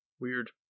Weird